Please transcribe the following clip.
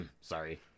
sorry